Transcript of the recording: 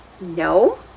No